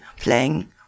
playing